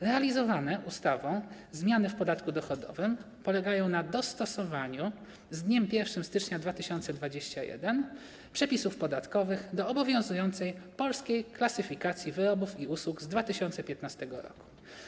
Realizowane ustawą zmiany w podatku dochodowym polegają na dostosowaniu z dniem 1 stycznia 2021 r. przepisów podatkowych do obowiązującej Polskiej Klasyfikacji Wyrobów i Usług z 2015 r.